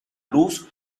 luz